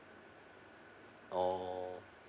oh